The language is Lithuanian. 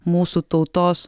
mūsų tautos